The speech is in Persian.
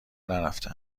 نرفته